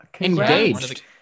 Engaged